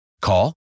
Call